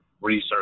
research